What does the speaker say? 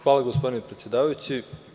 Hvala gospodine predsedavajući.